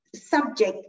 subject